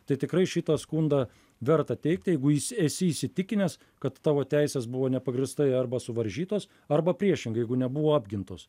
tai tikrai šitą skundą verta teikti jeigu jis esi įsitikinęs kad tavo teisės buvo nepagrįstai arba suvaržytos arba priešingai jeigu nebuvo apgintos